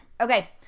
Okay